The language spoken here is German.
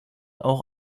auch